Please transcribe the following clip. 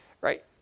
right